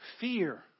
Fear